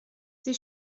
sie